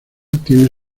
tiene